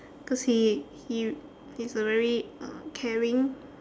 cause he he he's a very uh caring